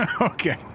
Okay